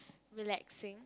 relaxing